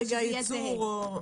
זה יהיה זהה.